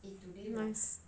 nice